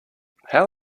how